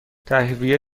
تهویه